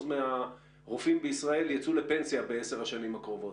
מהרופאים בישראל ייצאו לפנסיה בעשר השנים הקרובות.